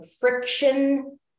friction